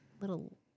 little